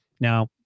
Now